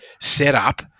setup